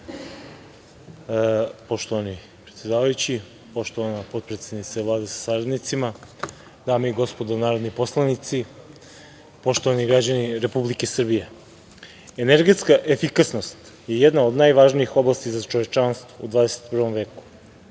predsedavajući, poštovana potpredsednice Vlade sa saradnicima, dame i gospodo narodni poslanici, poštovani građani Republike Srbije, energetska efikasnost je jedna od najvažnijih oblasti za čovečanstvo u 21.